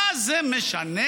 מה זה משנה?